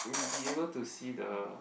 be able to see the